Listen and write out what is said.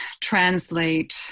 translate